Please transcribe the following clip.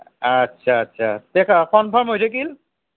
আচ্ছা আচ্ছা তে কনফাৰ্ম হৈ থাকিল